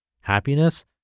Happiness